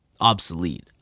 obsolete